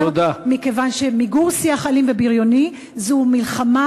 מכיוון שמיגור שיח אלים ובריוני הוא מלחמה